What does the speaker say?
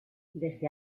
desde